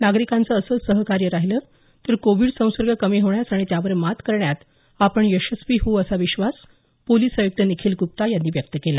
नागरिकांचं असंच सहकार्य राहिलं तर कोविड संसर्ग कमी होण्यास आणि त्यावर मात करण्यात आपण यशस्वी होवू असा विश्वास पोलीस आयुक्त निखील गुप्ता यांनी व्यक्त केला